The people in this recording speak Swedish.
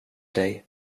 dig